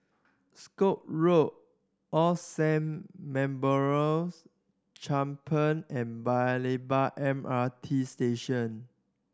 Scotts Road All Saints Memorial Chapel and Paya Lebar MRT Station